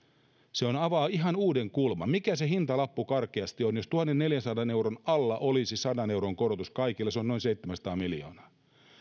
se avaa ihan uuden kulman mikä se hintalappu karkeasti on jos tuhannenneljänsadan euron alla olisi sadan euron korotus kaikille se on noin seitsemänsataa miljoonaa